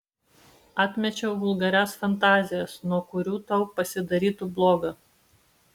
atmečiau vulgarias fantazijas nuo kurių tau pasidarytų bloga